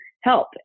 help